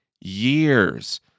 years